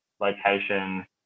location